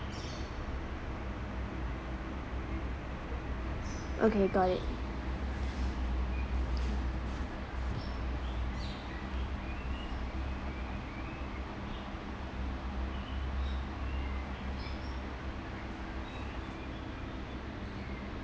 okay got it